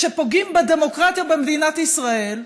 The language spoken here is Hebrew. שפוגעים בדמוקרטיה במדינת ישראל,